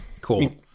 cool